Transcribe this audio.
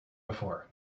before